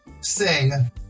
sing